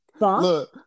Look